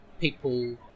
people